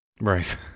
right